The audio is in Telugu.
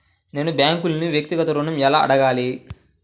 నేను బ్యాంక్ను వ్యక్తిగత ఋణం ఎలా అడగాలి?